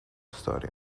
story